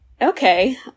Okay